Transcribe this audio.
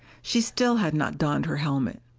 she still had not donned her helmet.